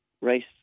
race